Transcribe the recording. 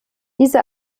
diese